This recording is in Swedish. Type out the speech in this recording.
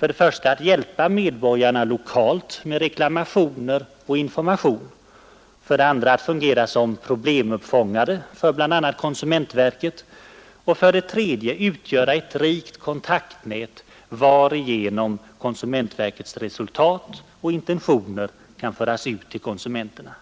1. att hjälpa medborgarna lokalt med reklamationer och information, 2. att fungera som problemuppfångare för bl.a. konsumentverket, och 3. att utgöra ett rikt kontaktnät varigenom konsumentverkets resultat och intentioner kan föras ut till konsumenterna.